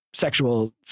sexual